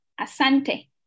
asante